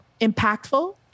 impactful